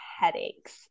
headaches